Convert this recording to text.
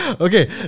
Okay